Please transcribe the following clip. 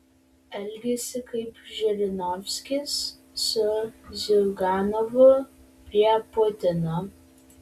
elgiasi kaip žirinovskis su ziuganovu prie putino